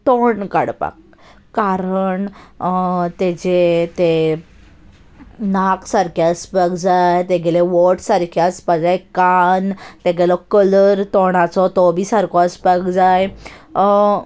तोंड काडपाक कारण ताचें तें नाक सारकें आसपाक जाय तागेले ओंठ सारकें आसपाक जाय कान तागेलो कलर तोंडाचो तो बी सारको आसपाक जाय